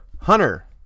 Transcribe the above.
Hunter